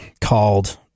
called